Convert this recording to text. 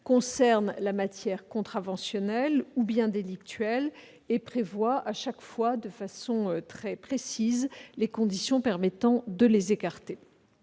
concernent la matière contraventionnelle ou délictuelle et prévoient, à chaque fois de façon très précise, les conditions permettant de les écarter.